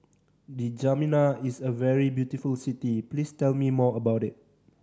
N'Djamena is a very beautiful city please tell me more about it